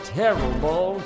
terrible